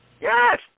Yes